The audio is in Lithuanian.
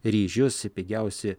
ryžius pigiausi